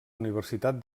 universitat